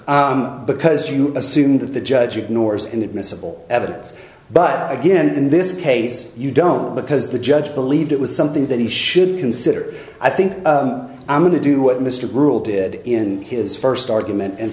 because you assume that the judge ignores inadmissible evidence but again in this case you don't because the judge believed it was something that he should consider i think i'm going to do what mr rule did in his first argument and